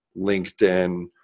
LinkedIn